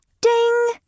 Ding